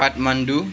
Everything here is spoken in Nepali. काठमाडौँ